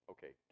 Okay